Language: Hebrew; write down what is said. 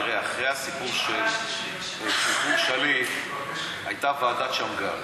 תראה, אחרי הסיפור של שליט קמה ועדת שמגר